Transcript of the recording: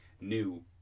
new